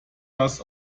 das